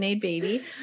baby